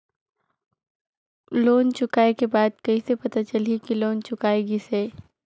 Loan चुकाय के बाद कइसे पता चलही कि लोन चुकाय गिस है?